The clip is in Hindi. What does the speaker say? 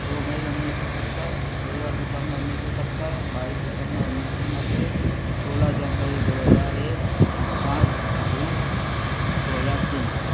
दो मई उन्नीस सौ सत्तर तेरह सितम्बर उन्नीस सौ इकहत्तर बाईस दिसम्बर उन्नीस सौ नब्बे सोलह जनवरी दो हजार एक पाँच जून दो हजार तीन